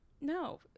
No